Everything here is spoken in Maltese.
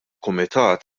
kumitat